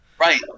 Right